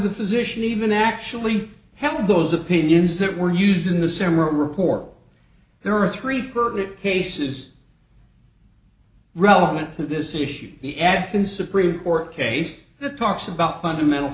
the physician even actually held those opinions that were used in the same report there are three cases relevant to this issue the athens supreme court case that talks about fundamental